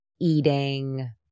eating